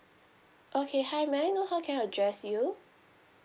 okay hi may I know how can I address you